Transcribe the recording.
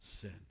sin